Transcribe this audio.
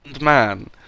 man